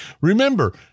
Remember